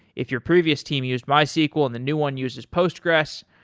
if your previous team used mysql and the new one uses postsgresql,